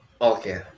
okay